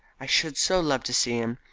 i should so love to see him.